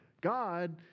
God